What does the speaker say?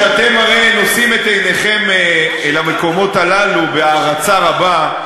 שאתם הרי נושאים את עיניכם אל המקומות הללו בהערצה רבה,